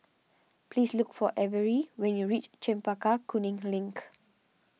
please look for Averie when you reach Chempaka Kuning Link